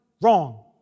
wrong